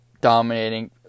dominating